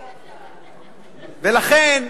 ולכן,